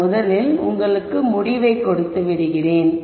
நான் முதலில் உங்களுக்குத் முடிவை கொடுத்து விடுகிறேன்